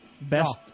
best